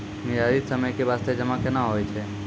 निर्धारित समय के बास्ते जमा केना होय छै?